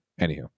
Anywho